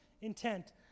intent